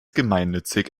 gemeinnützig